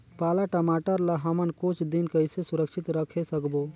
पाला टमाटर ला हमन कुछ दिन कइसे सुरक्षित रखे सकबो?